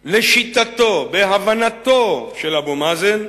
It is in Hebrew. לשיטתו, להבנתו של אבו מאזן,